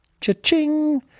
Cha-ching